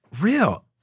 real